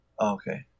Okay